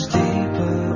deeper